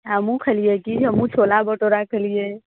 हमहुँ खेलियै की हमहुँ छोला भटुरा खेलियै